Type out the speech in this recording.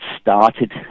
started